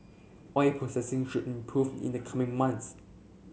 oil processing should improve in the coming months